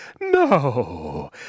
no